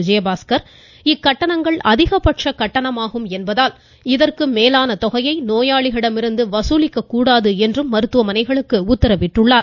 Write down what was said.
விஜயபாஸ்கர் இக்கட்டணங்கள் அதிகபட்ச கட்டணமாகும் என்பதால் இதற்கு மேலான கொகையை நோயாளிகளிடமிருந்து வசூலிக்கக் கூடாது என்றும் உத்தரவிட்டுள்ளார்